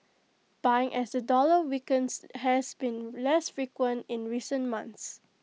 buying as the dollar weakens has been less frequent in recent months